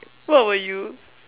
what will you